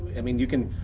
i mean you can.